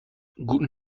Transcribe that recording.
guten